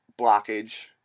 blockage